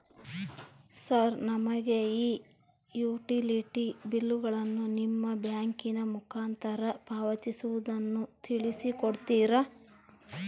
Sir ನಮಗೆ ಈ utility ಬಿಲ್ಲುಗಳನ್ನು ನಿಮ್ಮ ಬ್ಯಾಂಕಿನ ಮುಖಾಂತರ ಪಾವತಿಸುವುದನ್ನು ತಿಳಿಸಿ ಕೊಡ್ತೇರಾ?